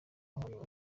abantu